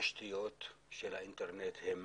התשתיות של האינטרנט הן